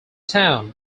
town